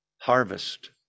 harvest